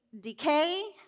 decay